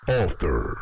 author